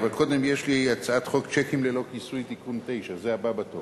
אבל קודם יש לי הצעת חוק שיקים ללא כיסוי (תיקון 9) זה הבא בתור.